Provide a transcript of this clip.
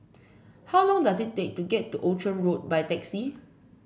how long does it take to get to Outram Road by taxi